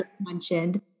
mentioned